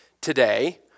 today